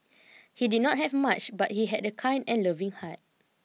he did not have much but he had a kind and loving heart